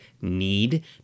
need